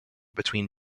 between